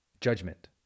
judgment